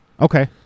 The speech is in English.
Okay